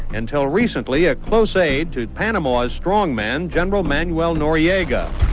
until recently a close aid to panama's strong man, general manuel noriega.